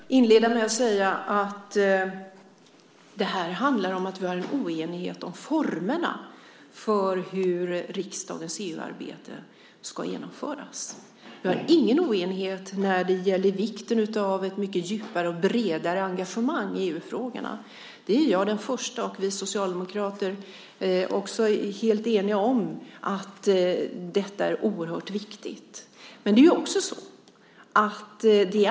Herr talman! Jag vill inleda med att säga att det här handlar om att vi har en oenighet om formerna för hur riksdagens EU-arbete ska genomföras. Vi har ingen oenighet när det gäller vikten av ett mycket djupare och bredare engagemang i EU-frågorna. Jag och vi socialdemokrater är helt eniga om att detta är oerhört viktigt.